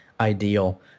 ideal